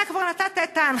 אתה כבר נתת את ההנחיה,